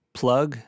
plug